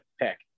pick